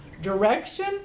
Direction